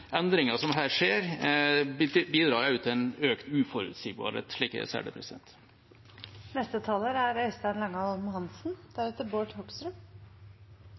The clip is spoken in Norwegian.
som her skjer, bidrar også til økt uforutsigbarhet, slik jeg ser det.